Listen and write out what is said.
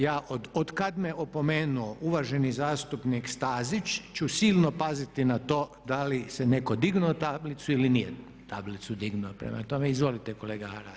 Ja otkad me opomenuo uvaženi zastupnik Stazić, ću silno paziti na to da li se netko dignuo tablicu ili nije tablicu dignuo, prema tome, izvolite kolega Hrelja.